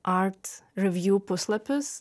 art revju puslapis